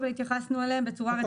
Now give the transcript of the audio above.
אבל התייחסנו אליהם בצורה רצינית.